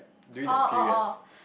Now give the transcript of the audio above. oh oh oh